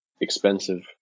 expensive